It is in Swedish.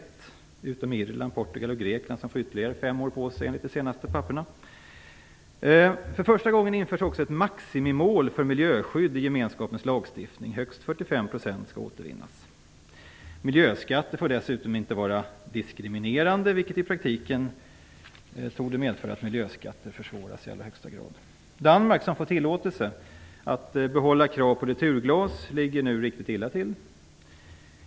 Detta gäller inte Irland, Portugal och Grekland, som får ytterligare fem år på sig enligt de senaste papprena. För första gången införs också ett maximimål för miljöskydd i gemenskapens lagstiftning. Högst 45 % skall återvinnas. Dessutom får miljöskatter inte vara diskriminerande, vilket i praktiken torde medföra att miljöskatter i allra högsta grad försvåras. Danmark, som får tillåtelse att behålla krav på returglas, ligger nu riktigt illa till.